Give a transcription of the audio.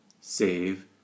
save